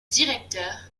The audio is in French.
directeur